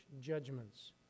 judgments